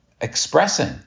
expressing